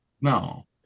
No